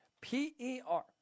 P-E-R